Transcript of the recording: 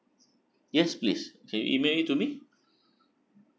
yes please can you email it to me